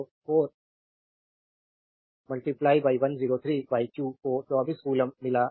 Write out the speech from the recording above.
तो 4 103 q को 24 coulomb मिला